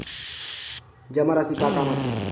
जमा राशि का काम आथे?